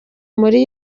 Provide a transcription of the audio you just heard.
muri